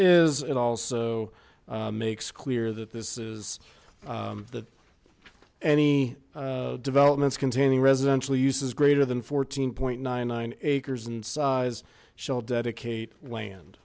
it also makes clear that this is that any developments containing residential uses greater than fourteen point nine nine acres in size shall dedicate land